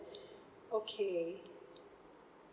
okay